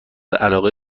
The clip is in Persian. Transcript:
علاقه